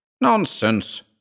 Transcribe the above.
Nonsense